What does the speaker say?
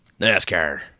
NASCAR